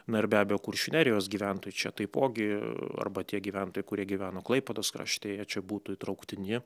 na ir be abejo kuršių nerijos gyventojai čia taipogi arba tie gyventojai kurie gyveno klaipėdos krašte jie čia būtų įtrauktini